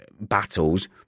battles